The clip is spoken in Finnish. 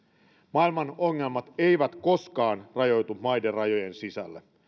maailman ongelmat eivät koskaan rajoitu maiden rajojen sisälle